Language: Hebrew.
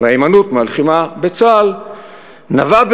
וההימנעות מהלחימה בצה"ל נבעו,